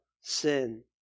sin